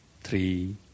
three